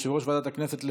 יושב-ראש ועדת הכנסת,